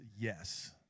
yes